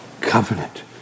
covenant